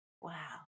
Wow